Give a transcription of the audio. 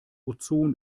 ozon